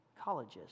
colleges